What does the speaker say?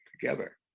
together